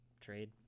trade